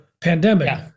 pandemic